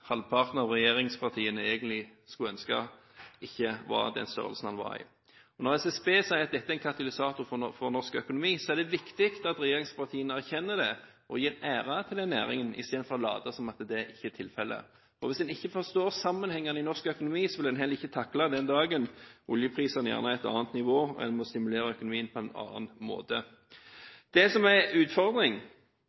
halvparten av regjeringspartiene egentlig skulle ønske ikke hadde den størrelsen den har. Når SSB sier at dette er en katalysator for norsk økonomi, er det viktig at regjeringspartiene erkjenner det og gir ære til denne næringen, istedenfor å late som at det ikke er tilfellet. Hvis en ikke forstår sammenhengene i norsk økonomi, vil en heller ikke takle den dagen oljeprisene er på et annet nivå, og en må stimulere økonomien på en annen måte.